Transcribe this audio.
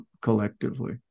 collectively